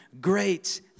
great